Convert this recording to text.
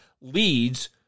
leads